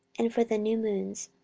and for the new moons,